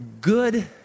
Good